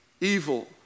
evil